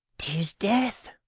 tis death,